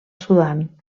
sudan